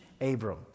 Abram